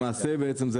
למעשה בעצם,